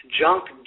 junk